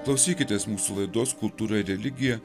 klausykitės mūsų laidos kultūra ir religija